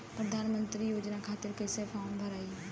प्रधानमंत्री योजना खातिर कैसे फार्म भराई?